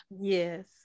Yes